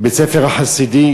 בית-הספר החסידי,